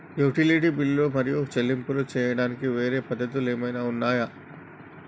Utility బిల్లులు మరియు చెల్లింపులు చేయడానికి వేరే పద్ధతులు ఏమైనా ఉన్నాయా?